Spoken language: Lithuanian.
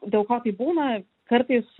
dėl ko tai būna kartais